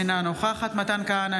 אינה נוכחת מתן כהנא,